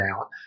out